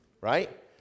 right